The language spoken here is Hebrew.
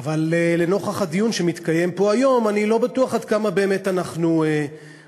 אבל לנוכח הדיון שמתקיים פה היום אני לא בטוח עד כמה באמת אנחנו עצמאים.